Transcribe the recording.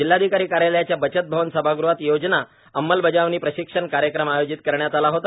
जिल्हाधिकारी कार्यालयाच्या बचत भवन सभागृहात योजना अंमलबजावणी प्रशिक्षण कार्यक्रम आयोजित करण्यात आला होता